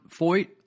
Foyt